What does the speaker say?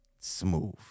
smooth